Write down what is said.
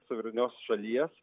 suverenios šalies